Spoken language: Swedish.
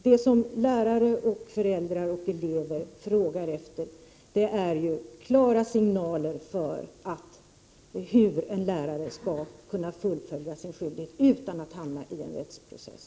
Det som lärare, föräldrar och elever frågar efter är klara signaler om hur en lärare skall kunna fullfölja sin skyldighet utan att hamna i en rättsprocess.